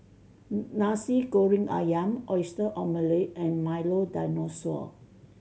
eg Nasi Goreng Ayam Oyster Omelette and Milo Dinosaur